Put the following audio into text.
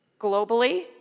globally